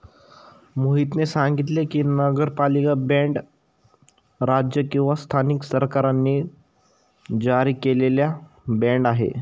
मोहितने सांगितले की, नगरपालिका बाँड राज्य किंवा स्थानिक सरकारांनी जारी केलेला बाँड आहे